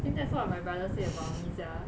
think that's one of my brother say about me sia